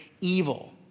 evil